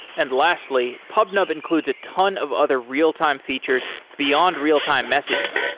and lastly, pubnub includes a ton of other real-time features beyond real-time messaging,